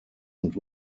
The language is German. und